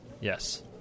Yes